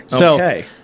Okay